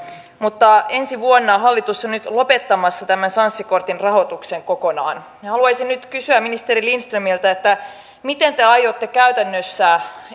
mutta ensi vuonna hallitus on nyt lopettamassa tämän sanssi kortin rahoituksen kokonaan haluaisin nyt kysyä ministeri lindströmiltä miten te aiotte käytännössä